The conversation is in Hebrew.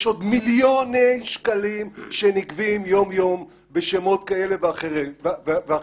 יש עוד מיליון שקלים שנגבים יום-יום בשמות כאלה ואחרים.